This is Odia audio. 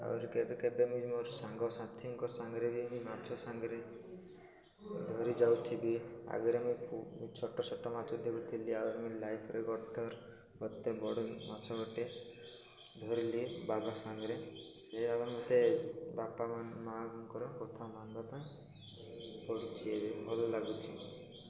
ଆହୁରି କେବେ କେବେ ମୁଇଁ ମୋର ସାଙ୍ଗ ସାଥିଙ୍କ ସାଙ୍ଗରେ ବି ମୁଇଁ ମାଛ ସାଙ୍ଗରେ ଧରି ଯାଉଥିବି ଆଗରେ ମୁଇଁ ଛୋଟ ଛୋଟ ମାଛ ଧରୁଥିଲି ଆହୁରି ମୁଇଁ ଲାଇଫରେ ଗତଥର ଏତେ ବଡ଼ ମାଛ ଗୋଟେ ଧରିଲି ବାବା ସାଙ୍ଗରେ ଏବେ ମତେ ବାପା ମାଙ୍କର କଥା ମାନବା ପାଇଁ ପଡ଼ୁଛି ଏବେ ଭଲ ଲାଗୁଛି